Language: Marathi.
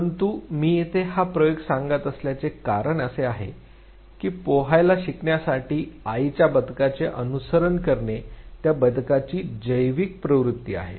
परंतु मी येथे हा प्रयोग सांगत असल्याचे कारण असे आहे की पोहायला शिकण्यासाठी आईच्या बदकाचे अनुसरण करणे त्या बदकाची जैविक प्रवृत्ती आहे